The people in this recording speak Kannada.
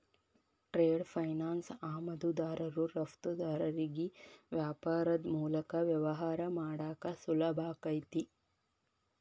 ಟ್ರೇಡ್ ಫೈನಾನ್ಸ್ ಆಮದುದಾರರು ರಫ್ತುದಾರರಿಗಿ ವ್ಯಾಪಾರದ್ ಮೂಲಕ ವ್ಯವಹಾರ ಮಾಡಾಕ ಸುಲಭಾಕೈತಿ